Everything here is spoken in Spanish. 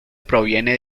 proviene